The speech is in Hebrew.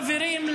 חברים,